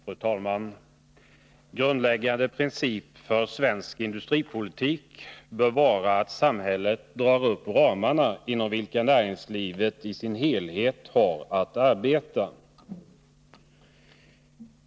Fru talman! Grundläggande princip för svensk industripolitik bör vara att samhället drar upp de ramar inom vilka näringslivet i dess helhet har att arbeta.